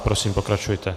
Prosím pokračujte.